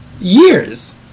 years